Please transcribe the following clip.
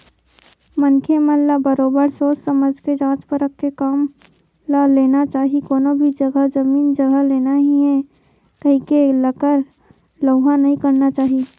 मनखे मन ल बरोबर सोझ समझ के जाँच परख के काम ल लेना चाही कोनो भी जघा जमीन जघा लेना ही हे कहिके लकर लउहा नइ करना चाही